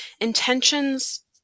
Intentions